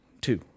Two